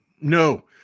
No